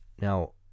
Now